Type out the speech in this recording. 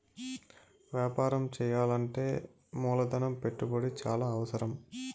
వ్యాపారం చేయాలంటే మూలధన పెట్టుబడి చాలా అవసరం